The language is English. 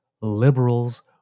Liberals